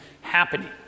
happening